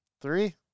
Three